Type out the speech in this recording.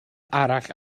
arall